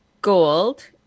Gold